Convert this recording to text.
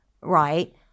right